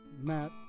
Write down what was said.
Matt